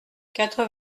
quatre